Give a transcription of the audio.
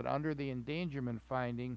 that under the endangerment finding